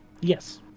yes